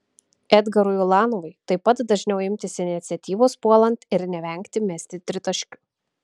edgarui ulanovui taip pat dažniau imtis iniciatyvos puolant ir nevengti mesti tritaškių